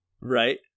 Right